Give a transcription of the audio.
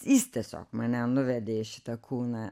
jis tiesiog mane nuvedė į šitą kūną